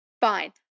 Fine